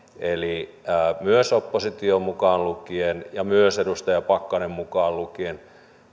eli myös oppositio mukaan lukien ja myös edustaja pakkanen mukaan lukien